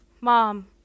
mom